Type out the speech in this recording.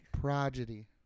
Prodigy